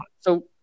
So-